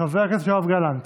חבר הכנסת יואב גלנט,